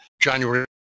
January